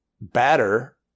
batter